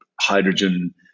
hydrogen